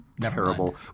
terrible